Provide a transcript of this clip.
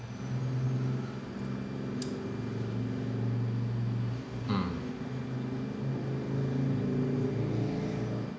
mm